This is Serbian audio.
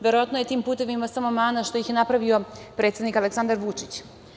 Verovatno je tim putevima samo mana što ih je napravio predsednik Aleksandar Vučić.